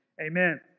amen